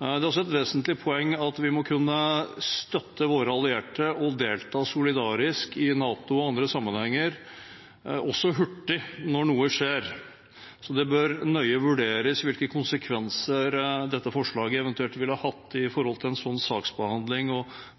Det er også et vesentlig poeng at vi må kunne støtte våre allierte og delta solidarisk i NATO og i andre sammenhenger hurtig når noe skjer. Det bør nøye vurderes hvilke konsekvenser dette forslaget eventuelt ville hatt med tanke på en sånn saksbehandling